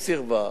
היא סירבה.